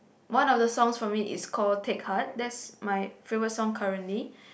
one of the songs from it is called Take Heart that's my favorite song currently